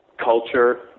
culture